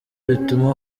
bituma